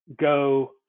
go